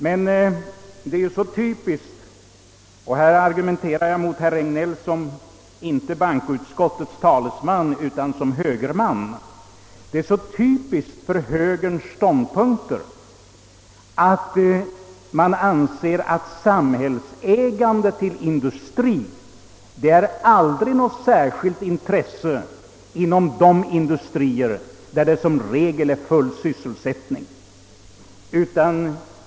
Men det är ju så typiskt — och nu argumenterar jag mot herr Regnéll inte i hans egenskap av bankoutskottets talesman, utan i hans egenskap av högerman — för högerns ståndpunkter att man anser att samhällsägande av industrien aldrig är av något särskilt intresse, när det gäller industrier som i regel har full sysselsättning.